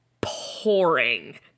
pouring